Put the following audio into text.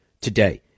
today